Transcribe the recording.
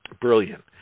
Brilliant